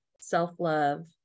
self-love